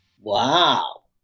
Wow